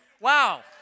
Wow